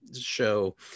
show